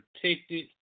protected